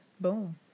boom